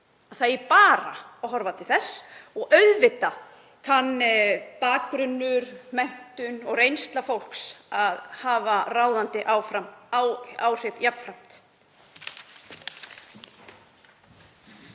það eigi bara að horfa til þess og auðvitað kunna bakgrunnur, menntun og reynsla fólks jafnframt að hafa ráðandi áhrif áfram.